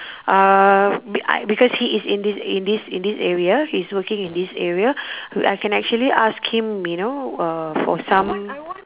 uh be~ I because he is in this in this in this area he's working in this area I can actually ask him you know uh for some